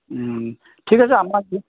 ঠিক আছে আপোনাক